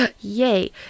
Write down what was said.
yay